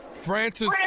Francis